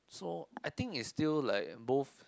so I think it's still like both